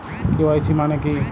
KYC মানে কী?